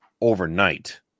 overnight